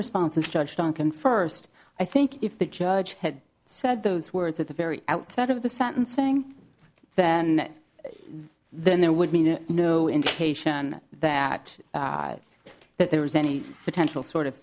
responses judge duncan first i think if the judge had said those words at the very outset of the sentencing then then there would be no indication that that there was any potential sort of